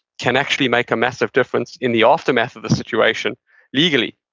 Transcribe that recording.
can actually make a massive difference in the aftermath of the situation legally,